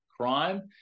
crime